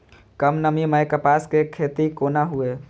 कम नमी मैं कपास के खेती कोना हुऐ?